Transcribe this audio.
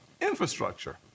infrastructure